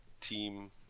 team